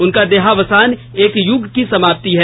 उनका देहावसान एक यूग की समाप्ति है